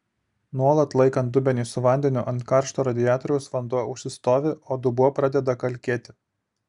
nuolat laikant dubenį su vandeniu ant karšto radiatoriaus vanduo užsistovi o dubuo pradeda kalkėti